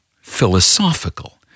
philosophical